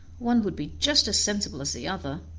one would be just as sensible as the other.